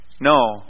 No